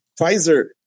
Pfizer